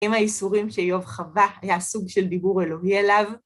אם הייסורים שאיוב חווה היה סוג של דיבור אלוהי אליו.